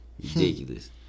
Ridiculous